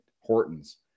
Hortons